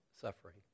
suffering